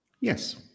Yes